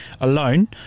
Alone